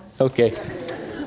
Okay